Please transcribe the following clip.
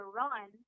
run